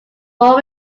more